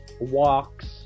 walks